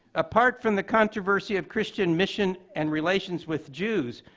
apart from the controversy of christian mission and relations with jews,